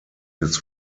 his